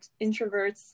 introverts